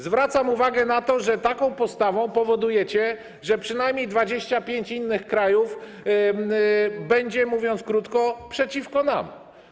Zwracam uwagę na to, że taką postawą powodujecie, że przynajmniej 25 innych krajów będzie, mówiąc krótko, przeciwko nam.